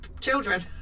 children